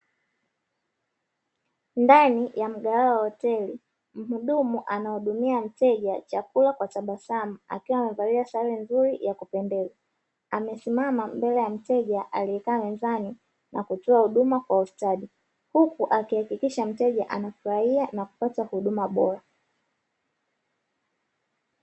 Ndani ya mgahawa wa hoteli muhudumu anahudumia mteja chakula kwa tabasamu akiwa amevalia sare nzuri ya kupendeza, amesimama mbele ya mteja aliyekaa mezani na kutoa huduma kwa ustadi, huku akihakikisha mteja anafurahia na kupata huduma bora.